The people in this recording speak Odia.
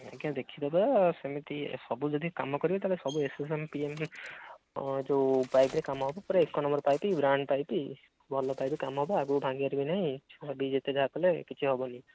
ଆଜ୍ଞା ଦେଖିଦେବେ ସେମିତି ସବୁ ଯଦି କାମ କରିବେ ତାହାଲେ ସବୁ ଏକ୍ସସେସନ୍ ପିନ୍ ଯୋଉ ପାଇପ୍ରେ କାମ ହେବ ପୁରା ଏକ ନମ୍ବର୍ ପାଇପ୍ ବ୍ରାଣ୍ଡ୍ ପାଇପ୍ ଭଲ ପାଇପ୍ କାମ ହେବ ଆଗକୁ ଭାଙ୍ଗିବାର ହିଁ ନାହିଁ ଯିଏ ଯେତେ ଯାହା କଲେ କିଛି ହେବନି